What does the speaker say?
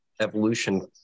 evolution